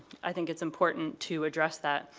i think it's important to address that.